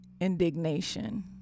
indignation